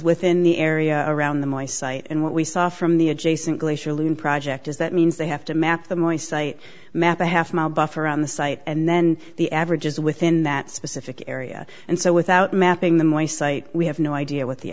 within the area around the my site and what we saw from the adjacent glacier loon project is that means they have to map the moist site map a half mile buffer around the site and then the averages within that specific area and so without mapping the my site we have no idea what the